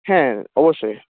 হ্যাঁ অবশ্যই